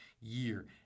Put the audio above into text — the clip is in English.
year